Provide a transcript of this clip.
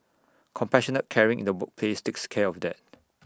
compassionate caring in the workplace takes care of that